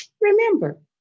remember